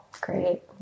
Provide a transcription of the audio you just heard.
great